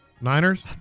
Niners